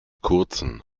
kurzen